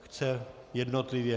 Chce jednotlivě?